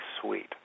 sweet